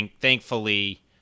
thankfully